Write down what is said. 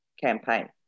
campaign